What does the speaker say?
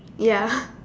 ya